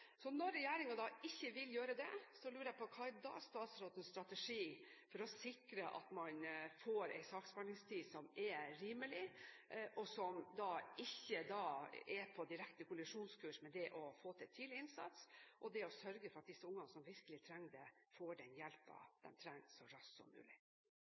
Når regjeringen ikke vil gjøre det, lurer jeg på: Hva er da statsrådens strategi for å sikre at man får en saksbehandlingstid som er rimelig, og som ikke er på direkte kollisjonskurs med det å få til tidlig innsats og det å sørge for at de barna som virkelig trenger det, får den hjelpen de trenger, så raskt som mulig?